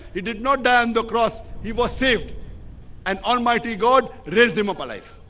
he did not die on the cross. he was saved and almighty god raised him up a life